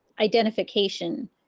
identification